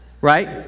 Right